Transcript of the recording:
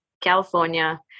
California